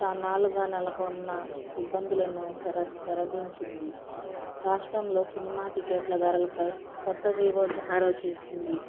చానాలుగా నెలకొన్న ఇబ్బందులను తెర తెరదించింది రాష్ట్రంలో సినిమా టికెట్ల ధరలపై కొత్త జీవో జారీ చేసింది